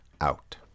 out